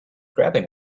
grabbing